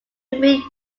remained